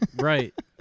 Right